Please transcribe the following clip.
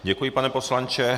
Děkuji, pane poslanče.